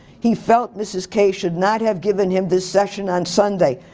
he felt mrs. k should not had given him this session on sunday.